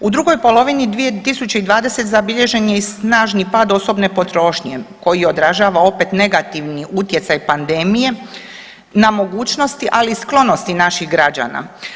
U drugoj polovini 2020. zabilježen je i snažni pad osobne potrošnje koji odražava opet negativni utjecaj pandemije nemogućnosti, ali i sklonosti naših građana.